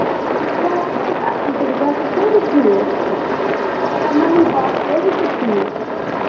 صحت ٹھیٖک اَصٕل پٲٹھۍ گرِ چھِو سٲری ٹھیٖک ممی پاپ سٲری چھا ٹھیٖک